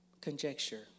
conjecture